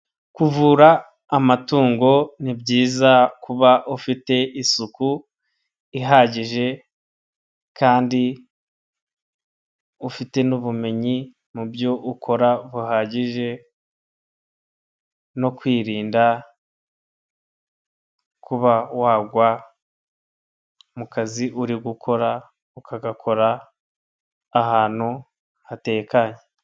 Kuvura amatungo ni byiza kuba ufite isuku ihagije, kandi ufite n'ubumenyi mu byo ukora buhagije no kwirinda kuba wagwa mu kazi uri gukora ukagakora ahantu hatekanye.